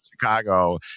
chicago